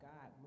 God